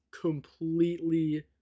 completely